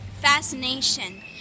fascination